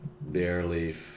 barely